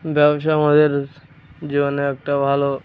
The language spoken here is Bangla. ব্যবসা আমাদের জীবনে একটা ভালো